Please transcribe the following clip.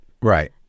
Right